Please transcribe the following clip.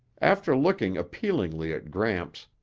after looking appealingly at gramps,